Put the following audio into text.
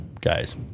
guys